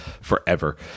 forever